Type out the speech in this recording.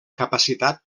capacitat